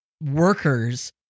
workers